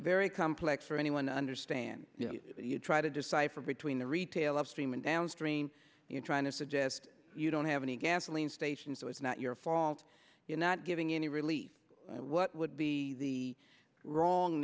very complex for anyone to understand you try to decipher between the retail upstream and downstream you're trying to suggest you don't have any gasoline stations so it's not your fault you're not giving any relief what would the wrong